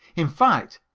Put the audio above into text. in fact,